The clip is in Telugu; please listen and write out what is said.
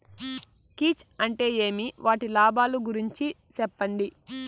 కీచ్ అంటే ఏమి? వాటి లాభాలు గురించి సెప్పండి?